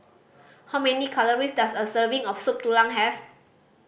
how many calories does a serving of Soup Tulang have